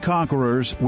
Conquerors